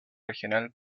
regional